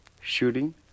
shooting